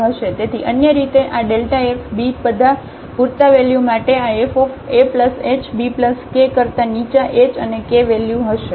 તેથી અન્ય રીતે આ f b બધા પૂરતા વેલ્યુ માટે આ fahbkકરતા નીચા h અને k વેલ્યુ હશે